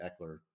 Eckler